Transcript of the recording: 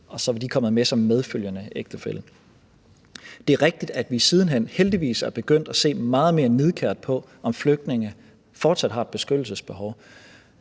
og så var de kommet med som medfølgende ægtefælle. Det er rigtigt, at vi siden hen heldigvis er begyndt at se meget mere nidkært på, om flygtninge fortsat har et beskyttelsesbehov,